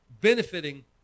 Benefiting